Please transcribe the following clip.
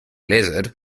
lizard